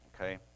okay